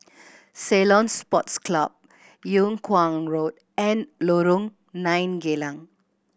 Ceylon Sports Club Yung Kuang Road and Lorong Nine Geylang